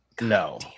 no